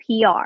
PR